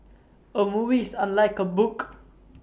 A movie is unlike A book